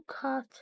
Cut